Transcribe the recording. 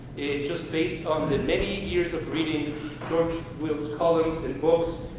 just based on the many years of reading george will's columns and books,